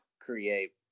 create